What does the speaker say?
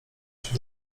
się